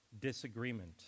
disagreement